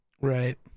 Right